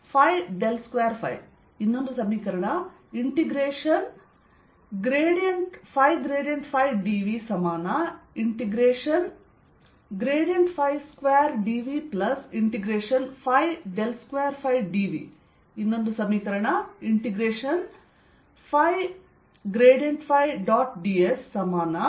dS2dV or 2dV0 ಆದಾಗ್ಯೂ 2 ಯಾವಾಗಲೂ ಧನಾತ್ಮಕವಾಗಿರುತ್ತದೆ ಏಕೆಂದರೆ ಅದು ಸ್ಕ್ವೇರ್ ಆಗಿದೆ